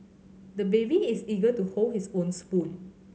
the baby is eager to hold his own spoon